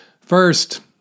First